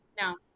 No